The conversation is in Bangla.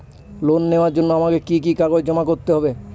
লোন নেওয়ার জন্য আমাকে কি কি কাগজ জমা করতে হবে?